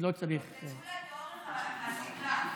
ימדדו לה את אורך השמלה.